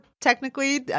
technically